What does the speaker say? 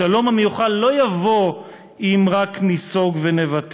השלום המיוחל לא יבוא אם רק ניסוג ונוותר.